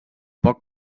poc